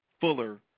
fuller